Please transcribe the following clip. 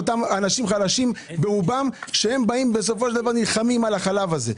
לאותם אנשים חלשים שבסופו של דבר נלחמים על החלב הזה.